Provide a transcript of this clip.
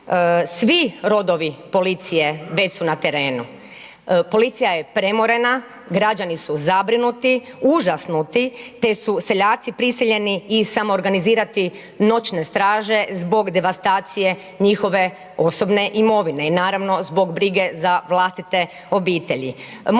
Svi rodovi policije već su na terenu. Policija je premorena, građani su zabrinuti, užasnuti te su seljaci prisiljeni i samoorganizirati noćne straže zbog devastacije njihove osobne imovine i naravno, zbog brige za vlastite obitelji.